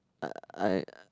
uh I